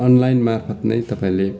online मार्फत नै तपाईँले